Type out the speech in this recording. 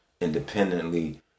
independently